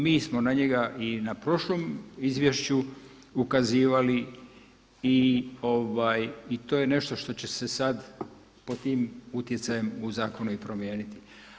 Mi smo na njega i na prošlom izvješću ukazivali i to je nešto što će se sada pod tim utjecajem u zakonu i promijeniti.